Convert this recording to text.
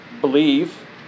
believe